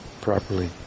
properly